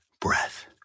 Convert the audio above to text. breath